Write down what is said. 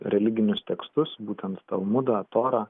religinius tekstus būtent talmudą torą